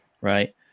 right